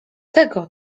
tego